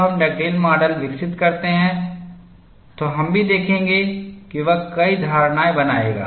जब हम Dugdale model विकसित करते हैं तो हम भी देखेंगे वह कई धारणाएं बनाएगा